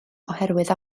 oherwydd